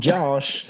Josh